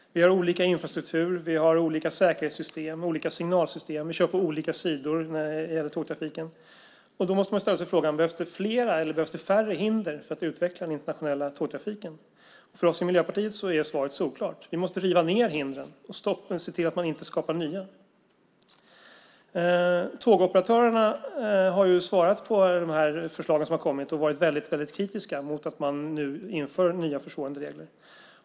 Vi har olika infrastruktur, vi har olika säkerhetssystem och signalsystem och vi kör på olika sidor när det gäller tågtrafiken. Då måste man ställa sig frågan om det behövs fler eller färre hinder för att utveckla den internationella tågtrafiken. För oss i Miljöpartiet är svaret solklart: Vi måste riva ned hindren och se till att man inte skapar nya! Tågoperatörerna har svarat på de förslag som har kommit och har varit väldigt kritiska mot att man nu inför nya, försvårande regler.